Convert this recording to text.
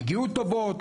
הגיעו תובעות,